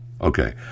Okay